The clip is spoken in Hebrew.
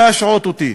להשעות אותי.